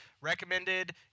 Recommended